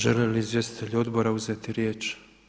Žele li izvjestitelji odbora uzeti riječ?